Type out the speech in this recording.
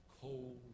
cold